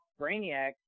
Brainiac